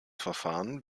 verfahren